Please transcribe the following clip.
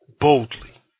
Boldly